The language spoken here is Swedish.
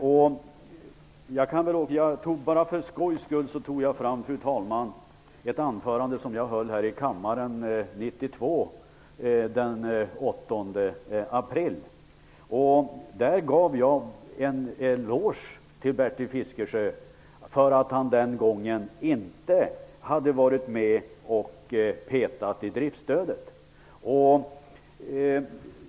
Fru talman! För skojs skull tog jag fram protokollet från den 8 april 1992. Jag höll ett anförande här i kammaren då. Jag gav Bertil Fiskesjö en eloge för att han inte hade varit med och petat i driftsstödet den gången.